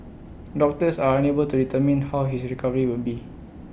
doctors are unable to determine how his recovery would be